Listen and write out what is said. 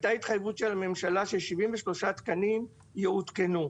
הייתה התחייבות של הממשלה ש-73 תקנים יעודכנו,